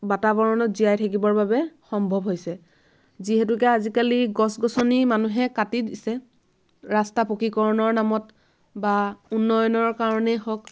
বাতাবৰণত জীয়াই থাকিবৰ বাবে সম্ভৱ হৈছে যিহেতুকে আজিকালি গছ গছনি মানুহে কাটি দিছে ৰাস্তা পকীকৰণৰ নামত বা উন্নয়নৰ কাৰণেই হওক